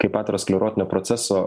kaip aterosklerotinio proceso